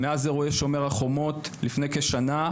מאז אירועי "שומר חומות" לפני כשנה,